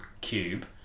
cube